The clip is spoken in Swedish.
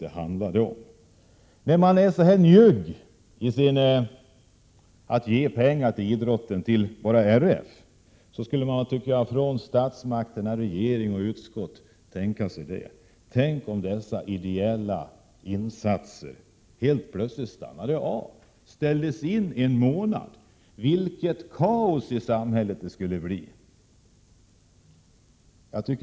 Eftersom man är så njugg att ge pengar till idrotten som det är fråga om när det gäller bidragen bara till RF borde statsmakterna, regering och utskott, göra sig tankeexperimentet vad som skulle hända om dessa ideella insatser helt plötsligt avstannade, att det.ex. ställdes in under en månad. Vilket kaos det skulle uppstå i samhället!